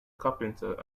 carpenter